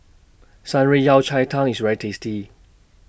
Shan Rui Yao Cai Tang IS very tasty